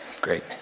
Great